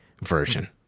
version